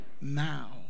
now